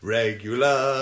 regular